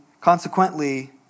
consequently